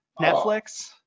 Netflix